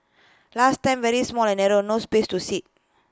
last time very small and narrow no space to sit